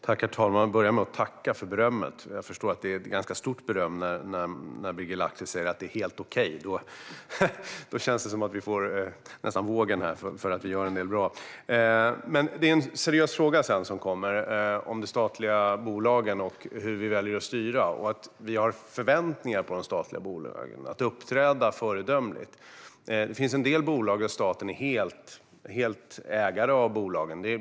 Herr talman! Jag börjar med att tacka för berömmet. Jag förstår att det är stort beröm när Birger Lahti säger att det är helt okej. Då känns det som att vi har fått vågen för att vi gör något bra. Sedan kom en seriös fråga om de statliga bolagen och hur vi väljer att styra. Vi har förväntningar på de statliga bolagen att uppträda föredömligt. Det finns en del bolag där staten är helägare av bolagen.